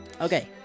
Okay